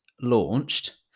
launched